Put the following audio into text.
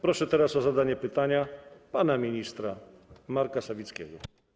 Proszę teraz o zadanie pytania pana ministra Marka Sawickiego.